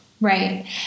Right